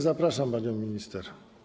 Zapraszam panią minister.